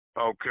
Okay